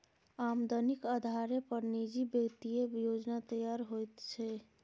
आमदनीक अधारे पर निजी वित्तीय योजना तैयार होइत छै